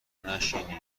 نشینین